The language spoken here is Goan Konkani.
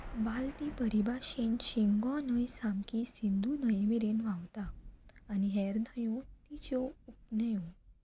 वालती परिभाशेन शिंगो न्हंय सामकी सिंधू न्हंये मेरेन व्हांवता आनी हेर न्हंयो तिच्यो उपन्हंयो